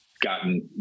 gotten